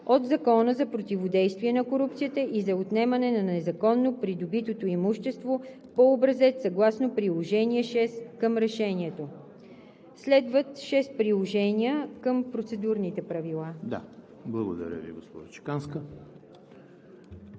от Закона за противодействие на корупцията и за отнемане на незаконно придобитото имущество по образец съгласно Приложение № 6 към решението.“ Следват шест приложения към процедурните правила. ПРЕДСЕДАТЕЛ ЕМИЛ ХРИСТОВ: Благодаря Ви, госпожо Чеканска.